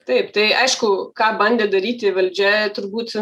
taip tai aišku ką bandė daryti valdžia turbūt